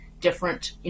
different